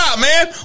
man